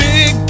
Big